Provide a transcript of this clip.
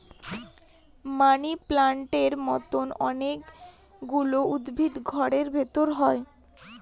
মানি প্লান্টের মতো অনেক গুলো উদ্ভিদ ঘরের ভেতরে হয়